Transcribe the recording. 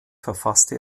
verfasste